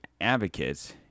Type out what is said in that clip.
advocates